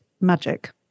magic